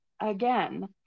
again